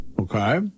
Okay